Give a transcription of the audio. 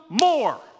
more